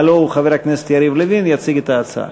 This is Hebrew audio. הלוא הוא חבר הכנסת יריב לוין, יציג את ההצעה.